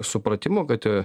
supratimo kad